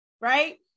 right